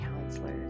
counselors